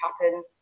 happen